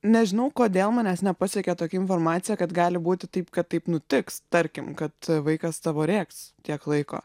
nežinau kodėl manęs nepasiekė tokia informacija kad gali būti taip kad taip nutiks tarkim kad vaikas tavo rėks tiek laiko